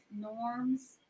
norms